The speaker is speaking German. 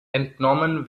entnommen